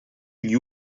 gli